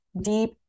deep